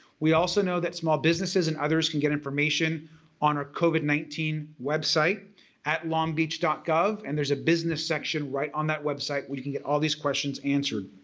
we also know that small businesses and others can get information on our covid nineteen website at longbeach gov and there's a business section right on that website where you can get all these questions answered.